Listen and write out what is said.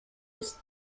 ist